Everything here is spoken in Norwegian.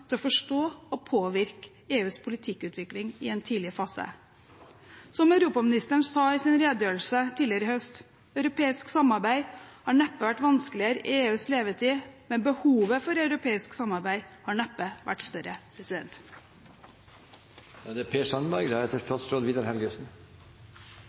til å forstå og påvirke EUs politikkutvikling i en tidlig fase. Som europaministeren sa i sin redegjørelse tidligere i høst: «Europeisk samarbeid har neppe vært vanskeligere i EUs levetid. Men behovet for europeisk samarbeid har neppe vært større.» Etter noen ekstrarunder – hvis jeg får lov til å si det